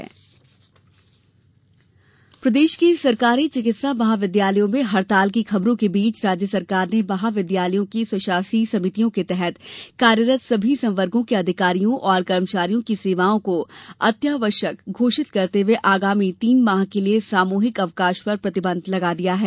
JUDA हड़ताल प्रदेश के सरकारी चिकित्सा महाविद्यालयों में हड़ताल की खबरों के बीच राज्य सरकार ने महाविद्यालयों की स्वशासी समितियों के तहत कार्यरत सभी संवर्गों के अधिकारियों और कर्मचारियों की सेवाओं को अत्यावश्यक घोषित करते हए आगामी तीन माह के लिए सामूहिक अवकाश पर प्रतिबंध लगा दिया है